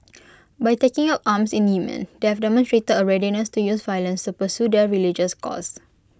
by taking up arms in Yemen they have demonstrated A readiness to use violence to pursue their religious cause